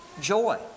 Joy